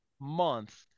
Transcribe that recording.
month